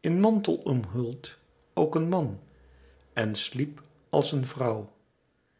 in mantel omhuld ook een man en sliep als de vrouw